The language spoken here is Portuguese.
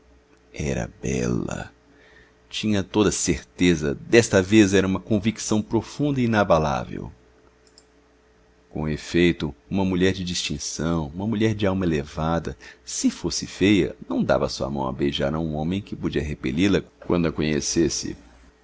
era bela tinha toda a certeza desta vez era uma convicção profunda e inabalável com efeito uma mulher de distinção uma mulher de alma elevada se fosse feia não dava sua mão a beijar a um homem que podia repeli la quando a conhecesse